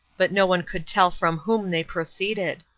but no one could tell from whom they proceeded.